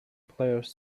players